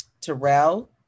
terrell